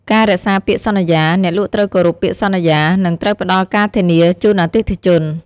ការរក្សាពាក្យសន្យា អ្នកលក់ត្រូវគោរពពាក្យសន្យា និងត្រូវផ្តល់ការធានាជូនអតិថិជន។